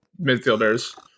midfielders